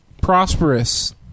prosperous